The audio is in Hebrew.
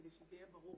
כדי שזה יהיה ברור,